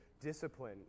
discipline